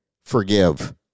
Forgive